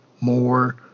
more